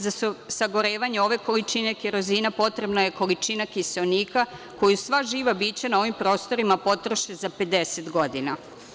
Za sagorevanje ove količine kerozina potrebna je količina kiseonika koju sva živa bića na ovim prostorima potroše za 50 godina.